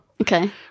Okay